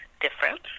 different